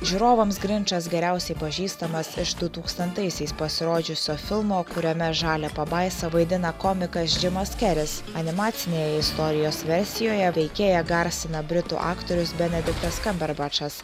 žiūrovams grinčas geriausiai pažįstamas iš dutūkstantaisiais pasirodžiusio filmo kuriame žalią pabaisą vaidina komikas džimas keris animacinėje istorijos versijoje veikėją garsina britų aktorius benediktas kamberbačas